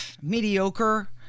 mediocre